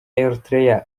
eritrea